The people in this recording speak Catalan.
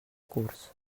curs